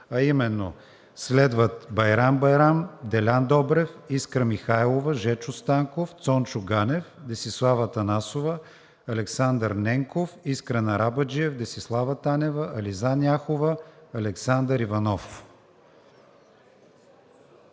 групите. Следват: Байрам Байрам, Делян Добрев, Искра Михайлова, Жечо Станков, Цончо Ганев, Десислава Атанасова, Александър Ненков, Искрен Арабаджиев, Десислава Танева, Ализан Яхова, Александър Иванов.